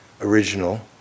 original